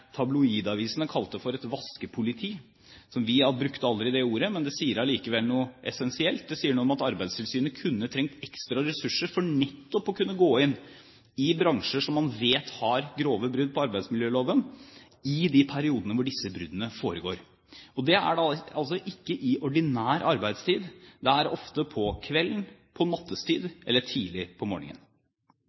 ordet, men det sier likevel noe essensielt. Det sier noe om at Arbeidstilsynet kunne trengt ekstra ressurser for nettopp å kunne gå inn i bransjer som man vet har grove brudd på arbeidsmiljøloven, i de periodene hvor disse bruddene foregår. Det er altså ikke i ordinær arbeidstid – det er ofte på kvelden, på nattetid eller tidlig på